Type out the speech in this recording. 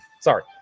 Sorry